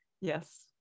yes